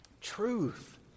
truth